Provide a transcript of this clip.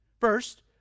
First